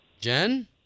Jen